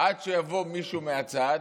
עד שיבוא מישהו מהצד